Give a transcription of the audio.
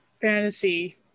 fantasy